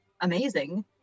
amazing